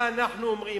מה אנחנו אומרים?